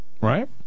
Right